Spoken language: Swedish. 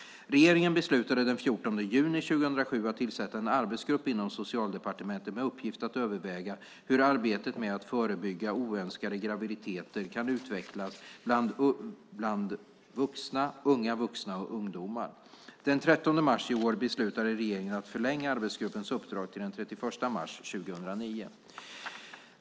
Regeringen beslutade den 14 juni 2007 att tillsätta en arbetsgrupp inom Socialdepartementet med uppgift att överväga hur arbetet med att förebygga oönskade graviditeter kan utvecklas bland vuxna, unga vuxna och ungdomar. Den 13 mars i år beslutade regeringen att förlänga arbetsgruppens uppdrag till den 31 mars 2009.